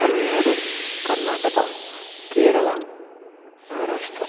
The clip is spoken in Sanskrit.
तमिल्नाडु कर्नाटक केरला महाराष्ट्र